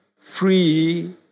free